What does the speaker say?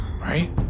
Right